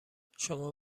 شما